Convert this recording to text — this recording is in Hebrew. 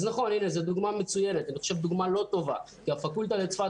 זו דוגמה מצוינת לדוגמה לא טובה כי הפקולטה בצפת